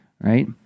Right